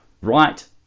right